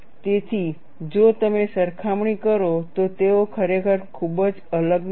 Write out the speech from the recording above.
તેથી જો તમે સરખામણી કરો તો તેઓ ખરેખર ખૂબ જ અલગ નથી